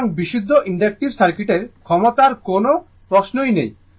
সুতরাং বিশুদ্ধ ইনডাকটিভ সার্কিটের ক্ষমতার কোনও প্রশ্নই নেই